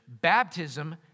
baptism